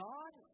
God